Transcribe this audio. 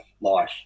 life